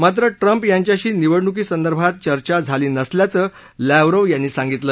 मात्र ट्रम्प यांच्याशी निवडणुकीसंदर्भात चर्चा झाली नसल्याचं लॅवरोव यांनी सांगितलं